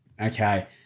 Okay